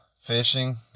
fishing